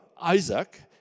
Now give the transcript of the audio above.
Isaac